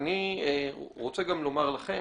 אני גם רוצה לומר לכם,